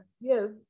yes